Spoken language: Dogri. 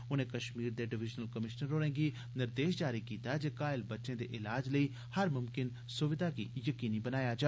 उनें कश्मीर दे डिविजनल कमीशनर होरें गी निर्देश जारी कीता ऐ जे घायल बच्चे दे इलाज लेई हर म्मकिन स्विधा गी यकीनी बनाया जा